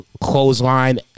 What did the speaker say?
clothesline